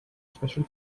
special